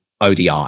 ODI